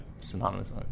synonymous